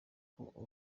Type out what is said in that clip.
kuko